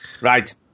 Right